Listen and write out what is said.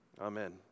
Amen